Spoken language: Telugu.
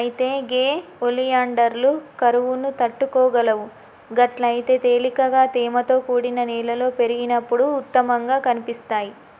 అయితే గే ఒలియాండర్లు కరువును తట్టుకోగలవు గట్లయితే తేలికగా తేమతో కూడిన నేలలో పెరిగినప్పుడు ఉత్తమంగా కనిపిస్తాయి